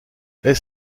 est